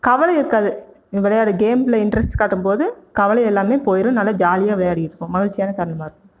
கவலை இருக்காது இந்த படி கேமில் இன்ட்ரெஸ்ட் காட்டும்போது கவலை எல்லாமே போயிடும் நல்ல ஜாலியாக விளையாடிகிட்டு இருப்போம் மகிழ்ச்சியான தருணமாக இருக்கும்